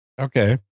okay